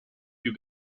più